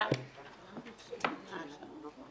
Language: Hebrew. הצבעה בעד,